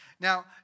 Now